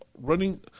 running